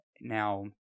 Now